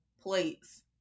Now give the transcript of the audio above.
plates